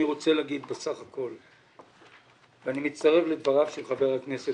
אני רוצה לומר - אני מצטרף לדבריו של חבר הכנסת